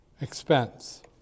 expense